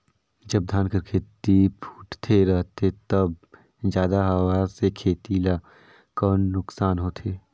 जब धान कर खेती फुटथे रहथे तब जादा हवा से खेती ला कौन नुकसान होथे?